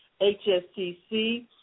HSTC